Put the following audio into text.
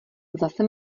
zase